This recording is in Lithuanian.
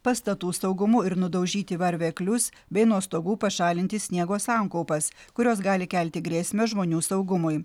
pastatų saugumu ir nudaužyti varveklius bei nuo stogų pašalinti sniego sankaupas kurios gali kelti grėsmę žmonių saugumui